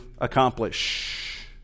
accomplish